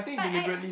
but I